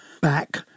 back